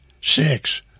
Six